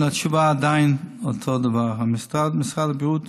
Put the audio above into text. התשובה היא עדיין אותו דבר: משרד הבריאות